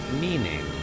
meaning